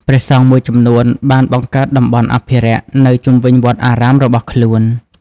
ព្រះសង្ឃមួយចំនួនបានបង្កើតតំបន់អភិរក្សនៅជុំវិញវត្តអារាមរបស់ខ្លួន។